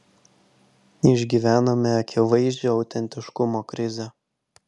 išgyvename akivaizdžią autentiškumo krizę